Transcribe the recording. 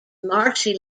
marshy